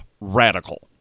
radical